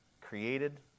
created